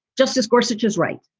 justice gorsuch is right.